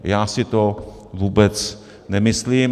Já si to vůbec nemyslím.